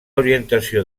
orientació